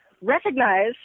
recognize